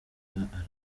arahaguruka